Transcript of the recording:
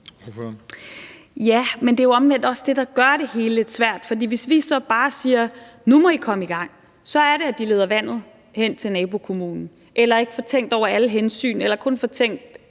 Ja, men det er jo omvendt også det, der gør det hele lidt svært. For hvis vi så bare siger, at nu må I komme i gang, så er det, de leder vandet hen til nabokommunen eller ikke får tænkt over alle hensyn eller kun får tænkt